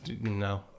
No